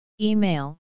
Email